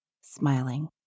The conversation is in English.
smiling